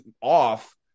off